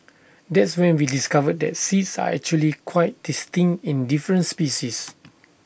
that's when we discovered that seeds are actually quite distinct in different species